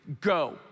Go